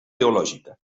teològica